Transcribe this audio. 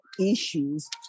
issues